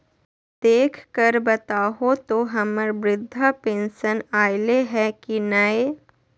देख कर बताहो तो, हम्मर बृद्धा पेंसन आयले है की नय?